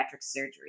surgery